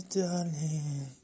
darling